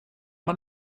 man